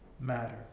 matter